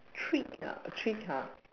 treat ah a treat ah